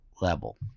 level